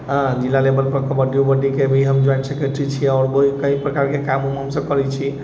हँ जिला लेवलपर कबड्डी उबड्डीके भी हम जॉइन्ट सेक्रेटेरी छी आओर कएक प्रकारके काम उम हमसब करै छी